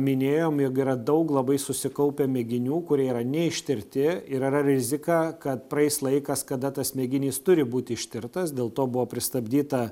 minėjom jog yra daug labai susikaupę mėginių kurie yra neištirti ir yra rizika kad praeis laikas kada tas mėginys turi būti ištirtas dėl to buvo pristabdyta